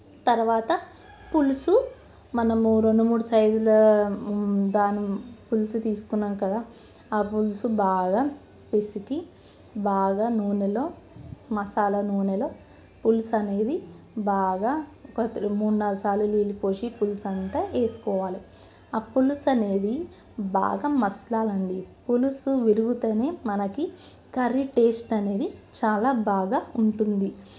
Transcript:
తరువాత పులుసు మనము రెండు మూడు సైజుల దాన్ని పులుసు తీసుకున్నాము కదా ఆ పులుసు బాగా పిసికి బాగా నూనెలో మసాలా నూనెలో పులుసు అనేది బాగా ఒక మూడు నాలుగు సార్లు నీళ్ళు పోసి పులుసు అంత వేసుకోవాలి ఆ పులుసు అనేది బాగా మసలాలి అండి పులుసు విరిగితేనే మనకి కర్రీ టేస్ట్ అనేది చాలా బాగా ఉంటుంది